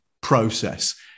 process